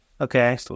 Okay